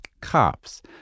Cops